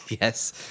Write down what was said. Yes